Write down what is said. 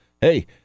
hey